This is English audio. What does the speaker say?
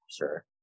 Sure